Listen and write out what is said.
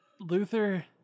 Luther